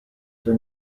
for